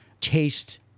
taste